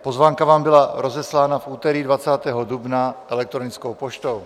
Pozvánka vám byla rozeslána v úterý 20. dubna elektronickou poštou.